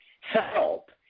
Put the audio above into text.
help